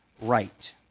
Right